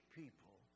people